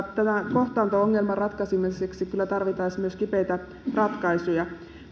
kohtaanto ongelman ratkaisemiseksi kyllä tarvittaisiin myös kipeästi ratkaisuja